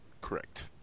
Correct